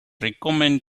recommend